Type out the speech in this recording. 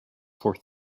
for